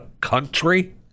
country